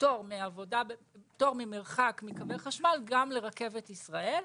פטור ממרחק מקווי חשמל גם לרכבת ישראל,